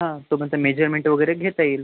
हा तोपर्यंत मेजरमेंट वगैरे घेता येईल